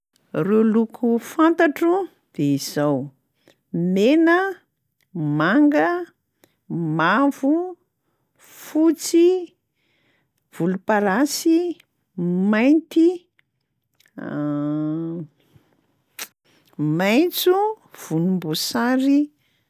Reo loko fantatro de izao: mena, manga, mavo, fotsy, volomparasy, mainty, maitso, volomboasary.